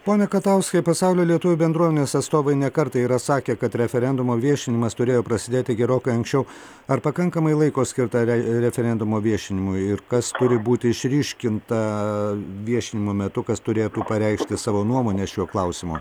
pone katauskai pasaulio lietuvių bendruomenės atstovai ne kartą yra sakę kad referendumo viešinimas turėjo prasidėti gerokai anksčiau ar pakankamai laiko skirta referendumo viešinimui ir kas turi būti išryškinta viešinimo metu kas turėtų pareikšti savo nuomonę šiuo klausimu